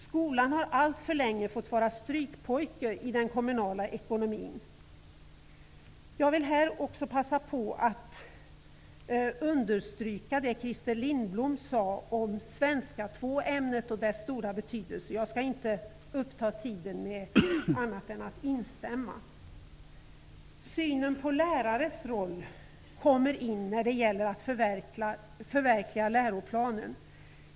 Skolan har alltför länge fått vara strykpojken i den kommunala ekonomin. Jag vill här passa på att understryka det Christer Lindblom sade om svenska 2-ämnet och dess stora betydelse. Jag upptar inte tiden med annat än att instämma med Christer Lindblom. Synen på lärarnas roll kommer in när det gäller att förverkliga läroplanen.